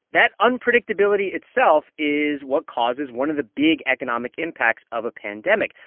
that unpredictability itself is what causes one of the big economic impacts of a pandemic.